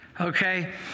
Okay